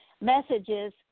messages